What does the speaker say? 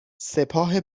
سپاه